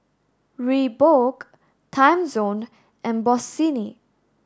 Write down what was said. Reebok Timezone and Bossini